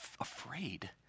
afraid